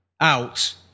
out